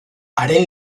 haren